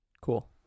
Cool